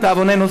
לדאבוננו,